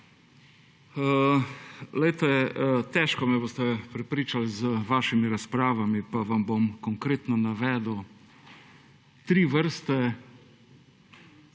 težko me boste prepričali z vašimi razpravami, pa vam bom konkretno navedel tri vrste